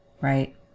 right